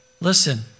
listen